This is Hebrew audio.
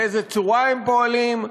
באיזה צורה הם פועלים,